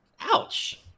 Ouch